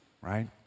right